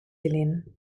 ilin